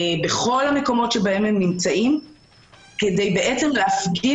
בכל המקומות שהם נמצאים כדי להפגין